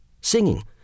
singing